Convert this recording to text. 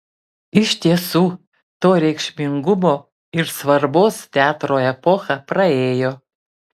iš tiesų to reikšmingumo ir svarbos teatro epocha praėjo